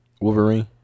Wolverine